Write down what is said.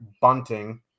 Bunting